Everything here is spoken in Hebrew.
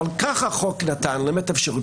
אבל כך החוק נתן להם את האפשרות,